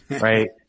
right